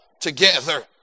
together